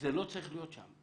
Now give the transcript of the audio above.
זה לא צריך להיות שם.